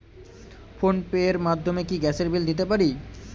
Phone pay র মাধ্যমে কি গ্যাসের বিল দিতে পারি?